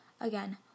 Again